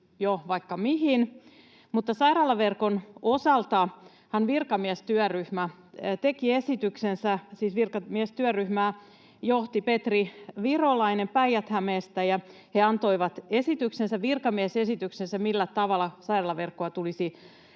esityksensä. Virkamiestyöryhmää johti Petri Virolainen Päijät-Hämeestä, ja he antoivat virkamiesesityksensä, millä tavalla sairaalaverkkoa tulisi